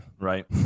right